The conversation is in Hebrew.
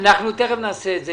תכף נעשה את זה.